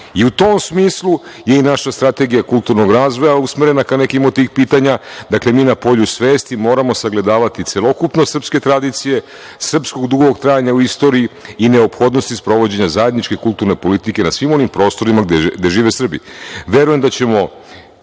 I u tom smislu je i naša Strategija kulturnog razvoja usmerena ka nekim od tih pitanja. Dakle, mi na polju svesti moramo sagledavati celokupnost srpske tradicije, srpskog dugog trajanja u istoriji i neophodnosti sprovođenja zajedničke kulturne politike na svim onim prostorima gde žive